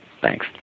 Thanks